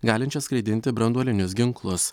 galinčias skraidinti branduolinius ginklus